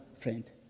friend